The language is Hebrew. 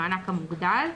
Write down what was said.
המענק המוגדל,